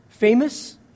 Famous